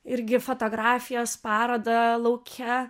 irgi fotografijos parodą lauke